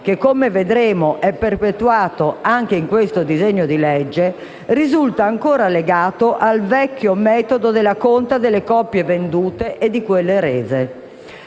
che come vedremo è perpetuato anche in questo disegno di legge - risulta ancora legato al vecchio metodo della conta delle copie vendute e di quelle rese.